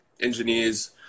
engineers